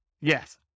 Yes